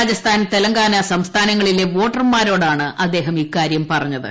രാജസ്ഥാൻ തെലങ്കാന സംസ്ഥാനങ്ങളിലെ വോട്ടർമാരോടാണ് അദ്ദേഹം ഇക്കാര്യം പറഞ്ഞത്